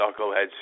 knuckleheads